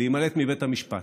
להימלט מבית המשפט.